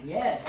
Yes